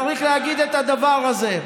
צריך להגיד את הדבר הזה.